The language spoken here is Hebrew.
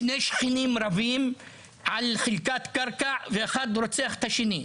כששני שכנים רבים על חלקת קרקע ואחד רוצח את השני,